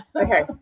Okay